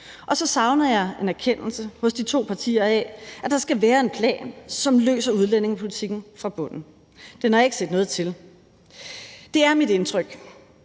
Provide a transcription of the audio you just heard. og så savner jeg en erkendelse hos de to partier af, at der skal være en plan, som løser udlændingepolitikken fra bunden. Den har jeg ikke set noget til. Det er mit indtryk,